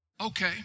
okay